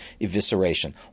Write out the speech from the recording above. evisceration